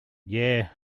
yeah